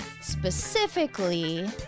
Specifically